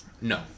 No